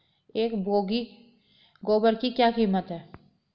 एक बोगी गोबर की क्या कीमत है?